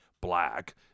black –